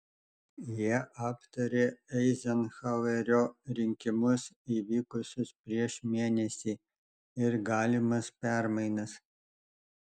jie aptarė eizenhauerio rinkimus įvykusius prieš mėnesį ir galimas permainas